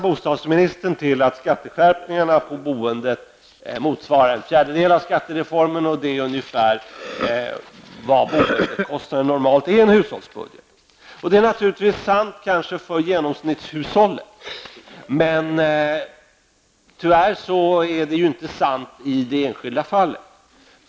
Bostadsministern hänvisar till att skatteskärpningarna på boendet motsvarar en fjärdedel av skattereformen och att det är ungefär vad boendekostnaden normalt uppgår till i en hushållsbudget. Det kanske är sant för genomsnittshushållet, men tyvärr är det inte sant i det enskilda fallet.